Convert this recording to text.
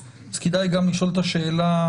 אז כדאי גם לשאול את השאלה.